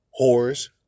whores